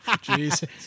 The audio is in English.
Jesus